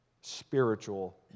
spiritual